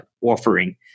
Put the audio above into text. offering